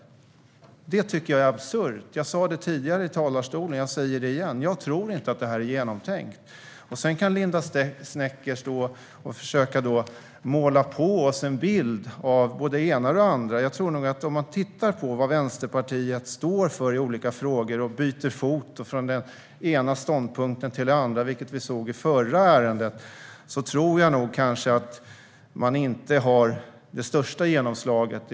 Det tycker jag är absurt. Jag sa det tidigare i talarstolen, och jag säger det igen. Jag tror inte att det här är genomtänkt. Sedan kan Linda Snecker stå och försöka måla på oss en bild av både det ena och det andra. Man kan titta på vad Vänsterpartiet står för i olika frågor. De byter fot och går från den ena ståndpunkten till den andra, vilket vi såg i det förra ärendet. Jag tror nog inte att de har det största genomslaget.